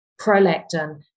prolactin